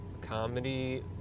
comedy